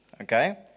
Okay